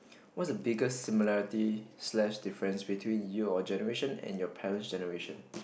what's the biggest similarity slash difference between your generation and your parents' generation